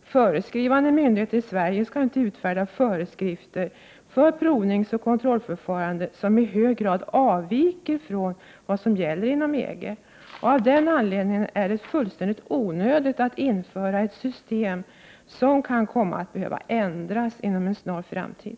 Föreskrivande myndigheter i Sverige skall inte utfärda föreskrifter för provningsoch kontrollförfarandet som i hög grad avviker från vad som gäller inom EG. Av den anledningen är det fullständigt onödigt att införa ett system som kan komma att behöva ändras inom en snar framtid.